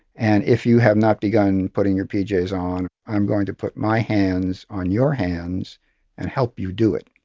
and if you have not begun putting your pjs on, i'm going to put my hands on your hands and help you do it.